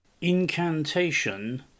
Incantation